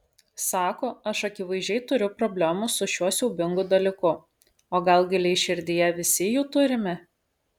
sako aš akivaizdžiai turiu problemų su šiuo siaubingu dalyku o gal giliai širdyje visi jų turime